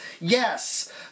yes